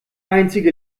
einzige